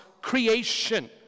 creation